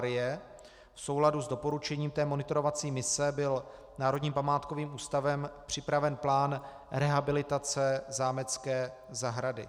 V souladu s doporučením monitorovací mise byl Národním památkovým ústavem připraven plán rehabilitace zámecké zahrady.